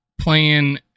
playing